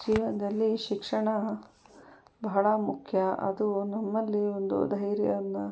ಜೀವನದಲ್ಲಿ ಶಿಕ್ಷಣ ಬಹಳ ಮುಖ್ಯ ಅದು ನಮ್ಮಲ್ಲಿ ಒಂದು ಧೈರ್ಯವನ್ನು